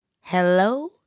Hello